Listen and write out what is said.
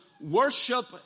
worship